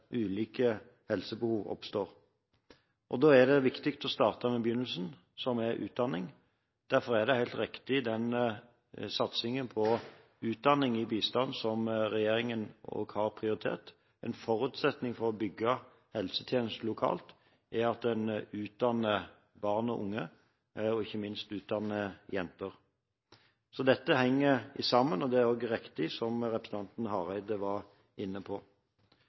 ulike helsebehov oppstår, og da er det viktig å starte med begynnelsen, som er utdanning. Derfor er den satsingen på utdanning som regjeringen har prioritert i bistanden, helt riktig. En forutsetning for å bygge helsetjenester lokalt er at en utdanner barn og unge, og ikke minst jenter. Så dette henger sammen, og det er også riktig, som representanten Hareide var inne på.